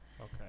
okay